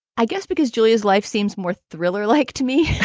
i guess because julia's life seems more thriller. like to me,